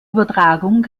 übertragung